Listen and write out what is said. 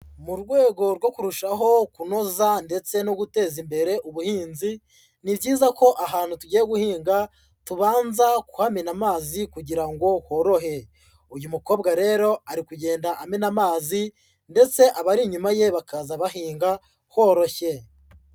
Mu rwego rwo kurushaho kunoza ndetse no guteza imbere ubuhinzi, ni byiza ko ahantu tugiye guhinga, tubanza kuhamena amazi kugira ngo horohe. Uyu mukobwa rero, ari kugenda amena amazi ndetse abari inyuma ye bakaza bahinga, horoshye.